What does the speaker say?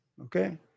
Okay